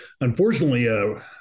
Unfortunately